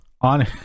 on